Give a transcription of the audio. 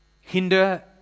hinder